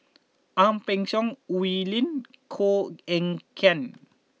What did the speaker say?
Ang Peng Siong Oi Lin Koh Eng Kian